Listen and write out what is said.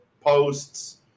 posts